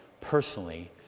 personally